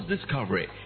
discovery